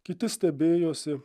kiti stebėjosi